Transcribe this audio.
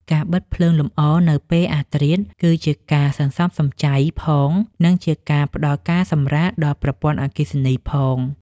ការបិទភ្លើងលម្អនៅពេលអធ្រាត្រគឺជាការសន្សំសំចៃផង និងជាការផ្តល់ការសម្រាកដល់ប្រព័ន្ធអគ្គិសនីផង។